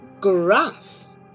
graph